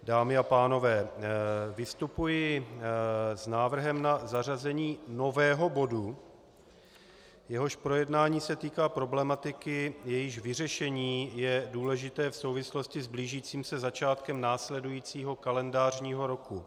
Dámy a pánové, vystupuji s návrhem na zařazení nového bodu, jehož projednání se týká problematiky, jejíž vyřešení je důležité v souvislosti s blížícím se začátkem následujícího kalendářního roku.